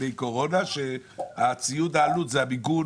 אדם אחד שמתמודד למרות שאתה יודע שהיו עוד מעוניינים.